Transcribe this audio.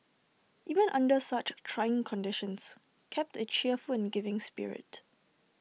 even under such trying conditions kept A cheerful and giving spirit